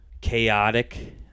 chaotic